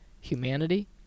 humanity